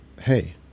hey